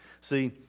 See